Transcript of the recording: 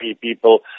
people